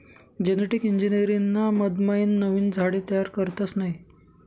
genetic engineering ना मधमाईन नवीन झाडे तयार करतस नयी